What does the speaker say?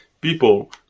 people